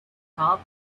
top